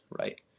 right